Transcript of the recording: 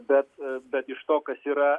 bet bet iš to kas yra